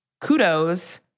kudos